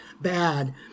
bad